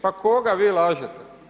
Pa koga vi lažete?